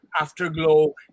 Afterglow